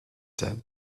said